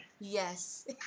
Yes